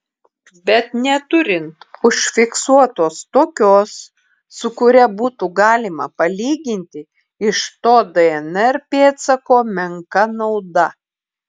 bet neturint užfiksuotos tokios su kuria būtų galima palyginti iš to dnr pėdsako menka nauda